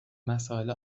مسائل